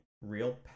real